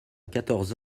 quatorze